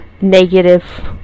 negative